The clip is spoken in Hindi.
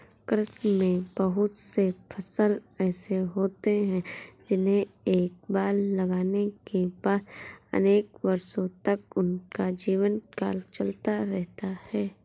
कृषि में बहुत से फसल ऐसे होते हैं जिन्हें एक बार लगाने के बाद अनेक वर्षों तक उनका जीवनकाल चलता रहता है